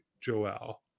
Joel